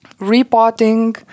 repotting